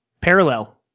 parallel